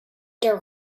their